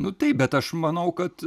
nu taip bet aš manau kad